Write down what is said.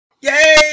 Yay